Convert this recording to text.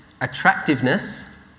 attractiveness